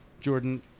Jordan